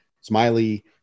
smiley